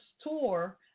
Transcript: store